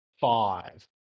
five